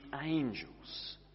angels